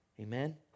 Amen